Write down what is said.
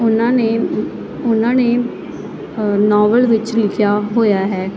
ਉਨਾਂ ਨੇ ਉਹਨਾਂ ਨੇ ਨਾਵਲ ਵਿੱਚ ਲਿਖਿਆ ਹੋਇਆ ਹੈ